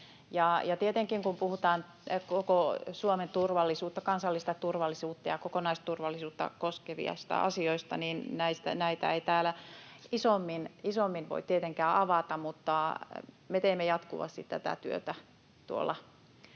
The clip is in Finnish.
Tietenkin, kun puhutaan koko Suomen turvallisuutta, kansallista turvallisuutta ja kokonaisturvallisuutta koskevista asioista, näitä ei täällä isommin voi avata, mutta me teemme tuolla jatkuvasti tätä työtä. Kolme